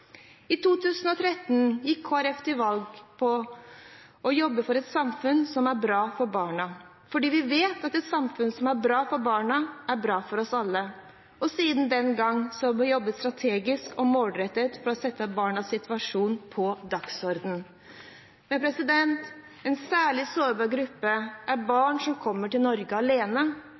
I 2013 gikk Kristelig Folkeparti til valg på å jobbe for et samfunn som er bra for barna, fordi vi vet at et samfunn som er bra for barna, er bra for oss alle. Siden den gang har vi jobbet strategisk og målrettet for å sette barnas situasjon på dagsordenen. En særlig sårbar gruppe er barn som kommer til Norge alene.